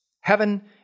Heaven